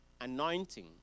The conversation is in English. anointing